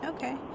Okay